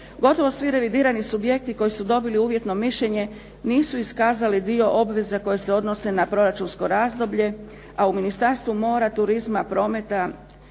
Gotovo svi revidirani subjekti koji su dobili uvjetno mišljenje nisu iskazali dio obveza koje se odnose na proračunsko razdoblje a u Ministarstvu mora, turizma, prometa